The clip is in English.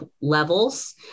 levels